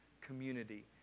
community